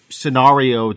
scenario